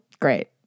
Great